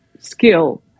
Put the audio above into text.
skill